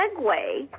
segue